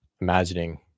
imagining